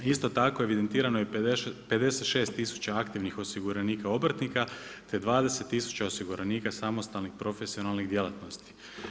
Isto tako evidentirano je 56000 aktivnih osiguranika obrtnika, te 20000 osiguranika samostalnih profesionalnih djelatnosti.